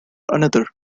another